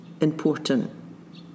important